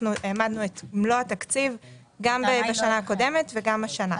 העמדנו את מלוא התקציב גם בשנה הקודמת וגם השנה.